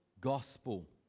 gospel